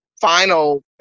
final